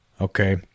okay